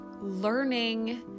learning